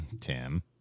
Tim